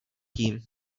tím